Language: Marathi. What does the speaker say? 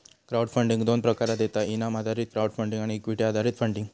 क्राउड फंडिंग दोन प्रकारात येता इनाम आधारित क्राउड फंडिंग आणि इक्विटी आधारित फंडिंग